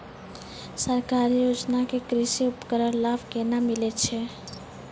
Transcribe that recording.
सरकारी योजना के कृषि उपकरण लाभ केना मिलै छै?